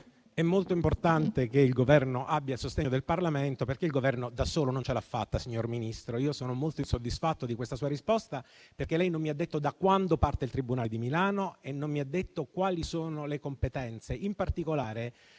È molto importante che il Governo abbia il sostegno del Parlamento, perché il Governo da solo, signor Ministro, non ce l'ha fatta. Io sono molto insoddisfatto di questa sua risposta, perché lei non mi ha detto da quando parte il Tribunale di Milano e non mi ha detto quali sono le sue competenze. In particolare,